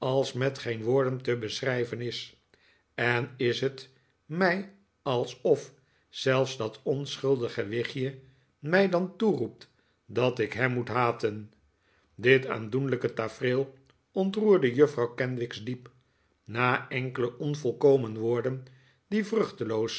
als met geen woorden te beschrijven is en is het mij alsof zelfs dat onschuldige wichtje mij dan toeroept dat ik hem moet haten dit aandoenlijke tafereel ontroerde juffrouw kenwigs diep na enkele onvolkomen woorden die